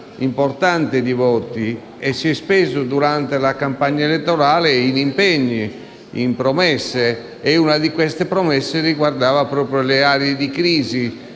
importante di voti e si è speso durante la campagna elettorale in impegni e promesse e una di queste riguardava sia le aree di crisi